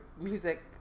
music